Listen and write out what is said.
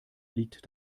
liegt